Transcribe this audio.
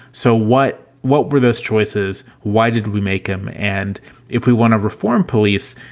so what what were those choices? why did we make them? and if we want to reform police,